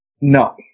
No